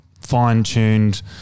fine-tuned